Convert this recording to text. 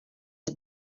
had